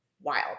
wild